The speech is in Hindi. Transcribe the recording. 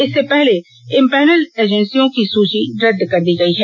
इससे पहले इम्पैनल एजेंसियों की सूची रद्द कर दी गई है